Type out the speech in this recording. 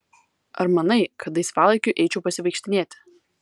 ar manai kad laisvalaikiu eičiau pasivaikštinėti